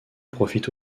profite